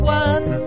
one